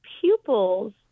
pupils